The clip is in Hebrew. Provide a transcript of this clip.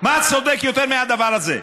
מה צודק יותר מהדבר הזה?